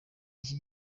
iki